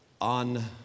on